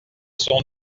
son